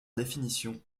définition